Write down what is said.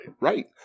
Right